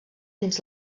dins